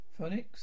phonics